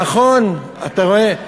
נכון, אתה רואה?